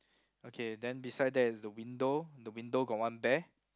okay then beside there is the window the window got one bear